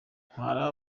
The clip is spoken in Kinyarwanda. itwara